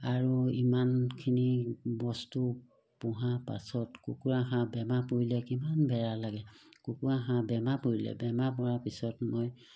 আৰু ইমানখিনি বস্তু পোহা পাছত কুকুৰা হাঁহ বেমাৰ পৰিলে কিমান বেয়া লাগে কুকুৰা হাঁহ বেমাৰ পৰিলে বেমাৰ পৰা পিছত মই